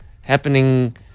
happening